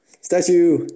Statue